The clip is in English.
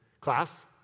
Class